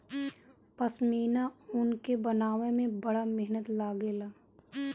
पश्मीना ऊन के बनावे में बड़ा मेहनत लागेला